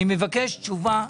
אני מבקש תשובה,